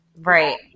Right